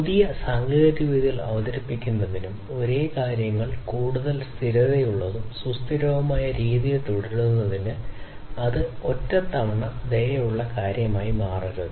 പുതിയ സാങ്കേതിക വിദ്യകൾ അവതരിപ്പിക്കുന്നതിനും ഒരേ കാര്യങ്ങൾ കൂടുതൽ സ്ഥിരതയുള്ളതും സുസ്ഥിരവുമായ രീതിയിൽ തുടരുന്നതിന് അത് ഒറ്റത്തവണ ദയയുള്ള കാര്യമായി മാറരുത്